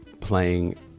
playing